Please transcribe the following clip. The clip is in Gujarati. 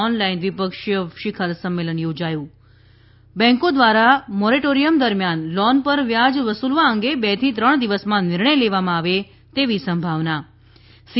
ઓનલાઈન દ્વિપક્ષીય શિખર સંમેલન યોજાયું ત બેંકો દ્વારા મોરેટોરિયમ દરમિયાન લોન પર વ્યાજ વસૂલવા અંગે બે થી ત્રણ દિવસમાં નિર્ણય લેવામાં આવે તેવી સંભાવના સી